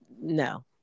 no